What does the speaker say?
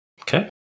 Okay